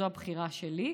שזו הבחירה שלי,